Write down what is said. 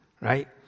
right